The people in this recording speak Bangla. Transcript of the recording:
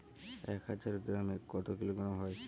এক হাজার গ্রামে এক কিলোগ্রাম হয়